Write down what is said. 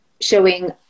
showing